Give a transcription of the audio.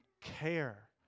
care